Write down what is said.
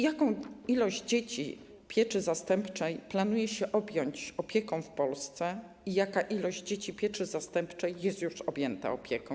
Jaką liczbę dzieci z pieczy zastępczej planuje się objąć opieką w Polsce i jaka liczba dzieci z pieczy zastępczej jest już objęta opieką?